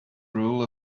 rule